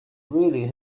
really